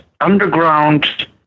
underground